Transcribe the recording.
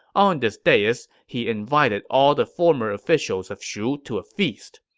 on this dais, he invited all the former officials of shu to a feast.